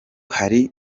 hari